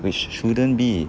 which shouldn't be